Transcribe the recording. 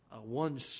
one